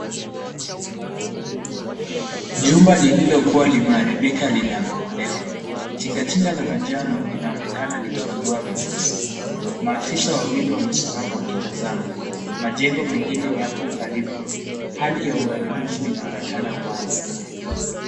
Jumba lililokuwa limeharibika linabomolewa. Tingatinga la manjano linaonekana likiondoa vifusi. Maafisa wawili wamesimama wakitazama. Majengo mengine yapo karibu, hali ya uharibifu inaonekana wazi.